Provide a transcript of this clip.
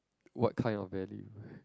what kind of value